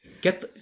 Get